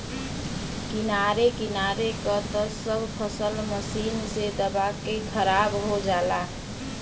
किनारे किनारे क त सब फसल मशीन से दबा के खराब हो जाला